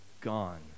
gone